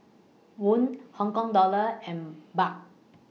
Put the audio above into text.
Won Hong Kong Dollar and Baht